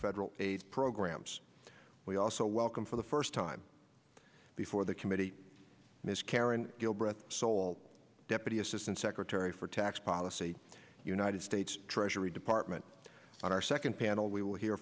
federal aid programs we also welcome for the first time before the committee miscarry gilbreath sole deputy assistant secretary for tax policy united states treasury department and our second panel we will hear